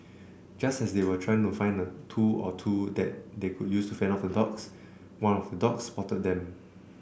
just as they were trying to find a tool or two that they could use to fend off the dogs one of the dogs spotted them